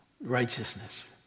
righteousness